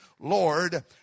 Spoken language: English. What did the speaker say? Lord